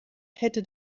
hätte